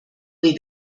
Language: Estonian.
või